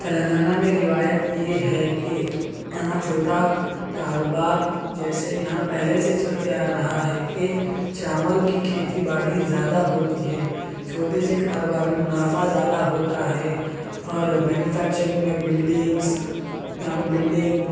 تلنگانہ میں روایت یہ ہے کہ یہاں چھوٹا کاروبار جیسے یہاں پہلے سے چلتے آرہا ہے کہ چاول کی کھیتی باڑی زیادہ ہوتی ہے چھوٹے سے کاروبار میں منافع زیادہ ہوتا ہے اور مینوفیکچرنگ میں بلڈنگس یہاں پہ بلڈنگ